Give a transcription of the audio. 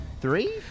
three